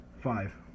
Five